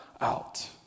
out